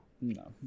No